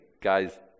guys